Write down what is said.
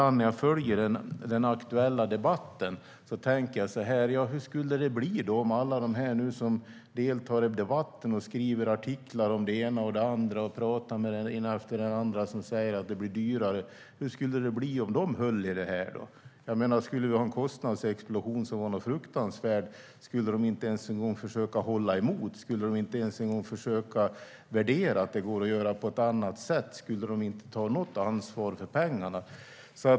När jag följer den aktuella debatten tänker jag ibland: Alla de som deltar i debatten och skriver artiklar om det ena och det andra och talar med den ena och den andra som säger att det blir dyrare - hur skulle det bli om det var de som höll i det här? Skulle vi ha en kostnadsexplosion som var fruktansvärd? Skulle de inte ens en gång försöka hålla emot? Skulle de inte ens en gång försöka värdera det hela och tänka att det går att göra på ett annat sätt? Skulle de inte ta något ansvar för pengarna?